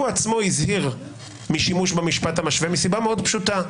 הוא עצמו הזהיר משימוש במשפט המשווה מסיבה מאוד פשוטה,